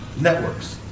networks